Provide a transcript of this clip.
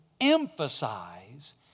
emphasize